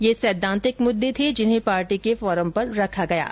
ये सैद्वांतिक मुद्दे थे जिन्हें पार्टी के फोरम पर रखा गया है